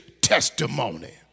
testimony